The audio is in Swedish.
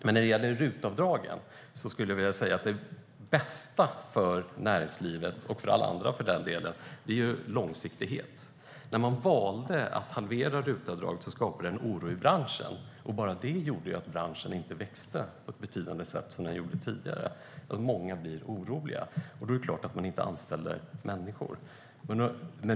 Men när det gäller RUT-avdragen skulle jag vilja säga att det bästa för näringslivet, och för den delen för alla andra, är långsiktighet. När man valde att halvera RUT-avdraget skapades en oro i branschen. Bara det gjorde att branschen inte växte på det betydande sätt som den gjorde tidigare, och många blir oroliga. Då är det klart att det inte anställs människor.